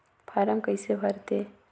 Form कइसे भरते?